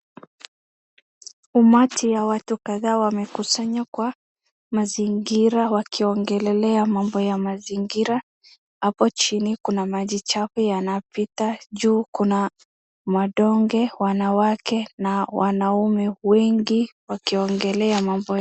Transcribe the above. Umati ya watu kadhaa umekusanyikwa mazingira wakiongelelea mambo ya mazingira. Hapo chini kuna maji chafu yanapita, juu kuna madonge. Wanawake na wanaume wengi wakiongelea mambo ya.